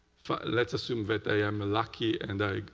let's assume that i am lucky and